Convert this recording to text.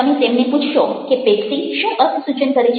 તમે તેમને પૂછશો કે પેપ્સી શું અર્થસૂચન કરે છે